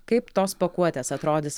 kaip tos pakuotės atrodys